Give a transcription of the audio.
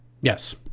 Yes